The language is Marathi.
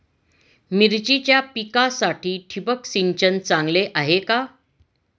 मिरचीच्या पिकासाठी ठिबक सिंचन चांगले आहे का?